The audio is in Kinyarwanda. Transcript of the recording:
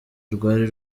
rwari